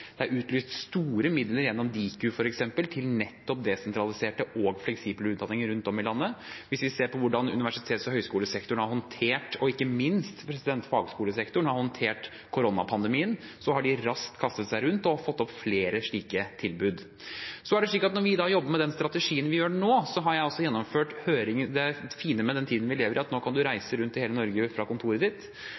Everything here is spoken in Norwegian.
Det er utlyst store midler gjennom Diku, f.eks., til nettopp desentraliserte og fleksible utdanninger rundt om i landet. Hvis vi ser på hvordan universitets- og høyskolesektoren, og ikke minst fagskolesektoren, har håndtert koronapandemien, har de raskt kastet seg rundt og fått opp flere slike tilbud. Når vi har jobbet med denne strategien, som vi gjør nå, har jeg gjennomført høringer. Det fine med den tiden vi lever i nå, er at man kan reise rundt i hele Norge fra kontoret